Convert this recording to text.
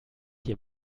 hier